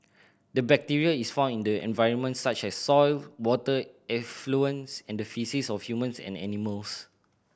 the bacteria is found in the environment such as soil water effluents and the faeces of humans and animals